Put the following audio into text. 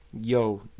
Yo